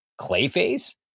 Clayface